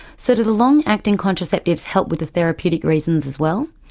so do the long acting contraceptives help with the therapeutic reasons as well?